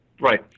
Right